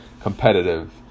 competitive